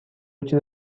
چیز